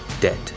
dead